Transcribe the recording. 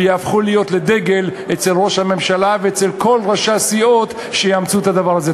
ויהפכו לדגל אצל ראש הממשלה ואצל כל ראשי הסיעות שיאמצו את הדבר הזה.